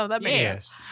Yes